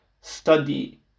study